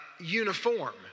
uniform